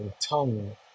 tongue